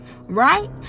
right